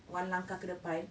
one langkah ke depan